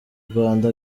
rwanda